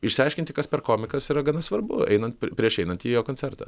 išsiaiškinti kas per komikas yra gana svarbu einan prieš einant į jo koncertą